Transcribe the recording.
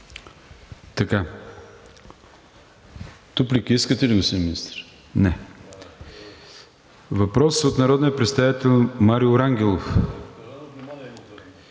Дуплика искате ли, господин Министър? Не. Въпрос от народния представител Марио Рангелов.